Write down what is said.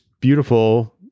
beautiful